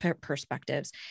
perspectives